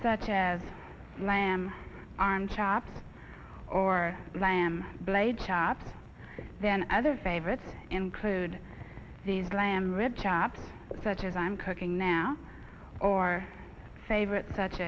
such as lamb arm chop or lamb blade chop then other favorites include these lamb red chaps such as i'm cooking now or favorites such